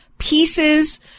pieces